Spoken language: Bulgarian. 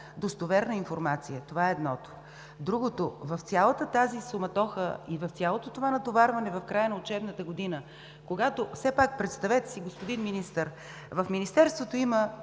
достоверна информация – това е едното. Другото, в цялата тази суматоха и в цялото това натоварване в края на учебната година, когато все пак представете си, господин Министър, в Министерството има